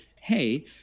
hey